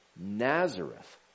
Nazareth